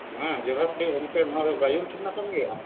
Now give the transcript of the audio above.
ᱦᱮᱸ ᱡᱚᱦᱟᱨ ᱜᱮ ᱜᱚᱝᱠᱮ ᱱᱚᱣᱟ ᱫᱚ ᱜᱟᱡᱚᱞ ᱛᱷᱟᱱᱟ ᱠᱟᱱ ᱜᱮᱭᱟ